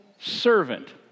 servant